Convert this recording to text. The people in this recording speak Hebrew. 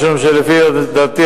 משום שלפי דעתי,